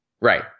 Right